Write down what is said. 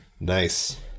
Nice